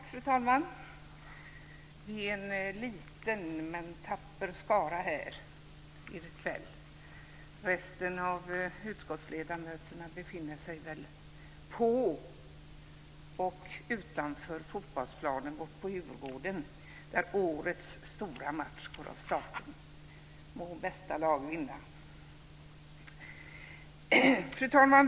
Fru talman! Det är en liten men tapper skara här i kväll. Resten av utskottsledamöterna befinner sig väl på och utanför fotbollsplanen på Djurgården där årets stora match går av stapeln. Må bästa lag vinna! Fru talman!